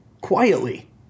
Quietly